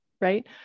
right